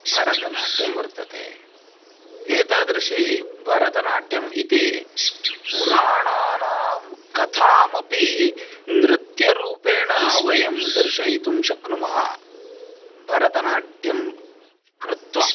भरतनाट्यं वर्तते एतादृशभरतनाट्यम् इति पुराणानां कथामपि नृत्यरूपेण वयं दर्शयितुं शक्नुमः भरतनाट्यं कृत्वा